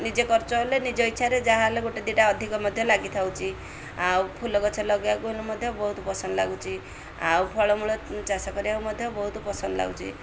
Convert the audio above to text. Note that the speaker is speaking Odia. ନିଜେ ଖର୍ଚ୍ଚ ହେଲେ ନିଜ ଇଚ୍ଛାରେ ଯାହା ହେଲେ ଗୋଟେ ଦୁଇଟା ଅଧିକ ମଧ୍ୟ ଲାଗିଥାଉଛି ଆଉ ଫୁଲ ଗଛ ଲଗାଇବାକୁ ହେଲେ ମଧ୍ୟ ବହୁତ ପସନ୍ଦ ଲାଗୁଛି ଆଉ ଫଳମୂଳ ଚାଷ କରିବାକୁ ମଧ୍ୟ ବହୁତ ପସନ୍ଦ ଲାଗୁଛି